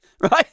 right